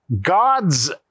God's